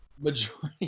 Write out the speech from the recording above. majority